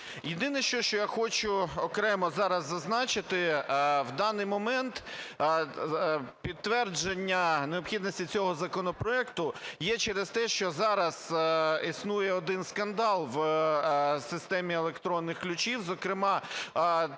Єдине, що я хочу окремо зараз зазначити. В даний момент підтвердження необхідності цього законопроекту є через те, що зараз існує один скандал в системі електронних ключів, зокрема,